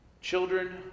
children